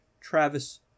Travis